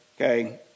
Okay